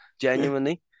genuinely